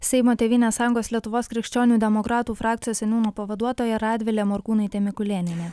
seimo tėvynės sąjungos lietuvos krikščionių demokratų frakcijos seniūno pavaduotoja radvilė morkūnaitė mikulėnienė